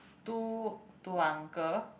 two two uncle